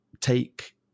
take